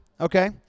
Okay